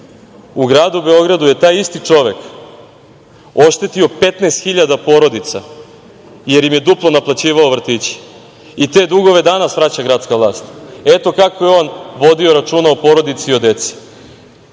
u Gradu Beogradu je taj isti čovek oštetio 15 hiljada porodica, jer im je duplo naplaćivao vrtiće. Te dugove danas vraća gradska vlast. Eto, kako je on vodio računa o porodici i deci.